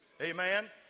Amen